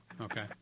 okay